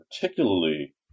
particularly